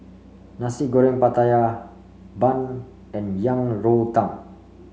Nasi Goreng Pattaya Bun and Yang Rou Tang